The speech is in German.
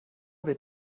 wird